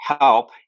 help